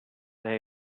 day